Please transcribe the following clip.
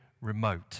remote